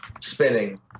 spinning